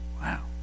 Wow